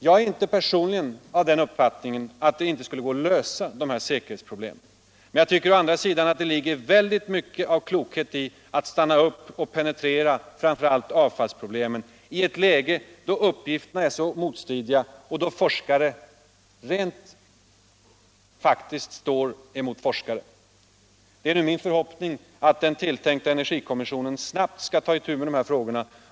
Jag är inte personligen av den uppfattningen att det inte skulle gå att lösa de här säkerhetsproblemen, men jag tycker å andra sidan att det ligger väldigt mycket av klokhet i att stanna upp och penetrera framför allt avfallsproblemen i ett läge då uppgifterna är så motstridiga som nu och forskare rent faktiskt står emot forskare. Det är nu min förhoppning att den tilltänkta energikommissionen snabbt skall ta itu med de här frågorna.